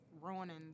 ruining